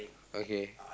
okay